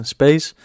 Space